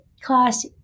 class